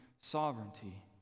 sovereignty